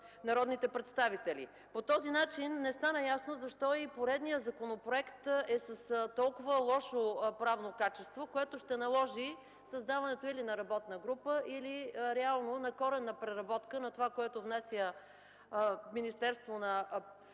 народните представители. По този начин не стана ясно защо и поредният законопроект е с толкова лошо правно качество, което ще наложи създаването или на работна група, или реално на коренна преработка на внасяното от Министерството на